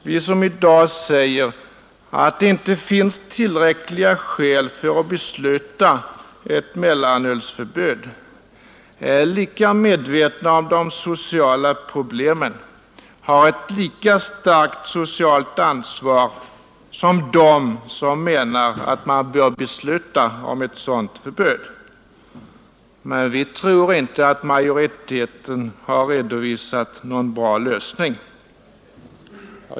Vi som i dag säger att det inte finns tillräckliga skäl för att besluta om ett mellanölsförbud är lika medvetna om de sociala problemen och har ett lika starkt socialt ansvar som de som menar att man bör besluta om ett sådant förbud. Men vi tror inte att majoriteten har redovisat någon bra lösning.